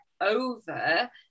over